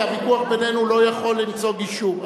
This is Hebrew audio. כי הוויכוח בינינו לא יכול למצוא גישור.